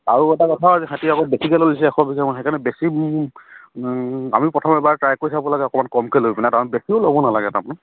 আৰু এটা কথা যে সেহেঁতি আকৌ বেছিকে লৈছে এশ বিঘা মই সেইকাৰণে বেছি আমি প্ৰথম এবাৰ ট্ৰাই কৰি চাব লাগে অকণমান কমকে লৈ পেলাই তাৰ বেছিও ল'ব নালাগে তাৰমানে